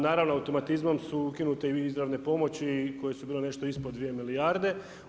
Naravno automatizmom su ukinute i izravne pomoći koje su bile nešto ispod dvije milijarde.